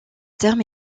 terme